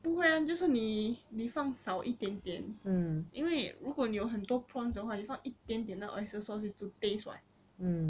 不会啊就是你你放少一点点因为如果你有很多 prawns 的话你放一点点的 oyster sauce is to taste [what]